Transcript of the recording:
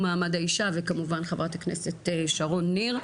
מעמד האישה וכמובן חברת הכנסת שרון ניר.